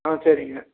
ஆ சரிங்க